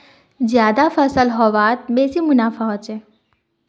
ज्यादा फसल ह बे त बेसी मुनाफाओ ह बे